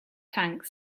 tanks